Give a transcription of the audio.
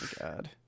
god